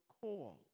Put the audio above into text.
call